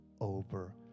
over